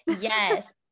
Yes